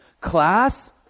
Class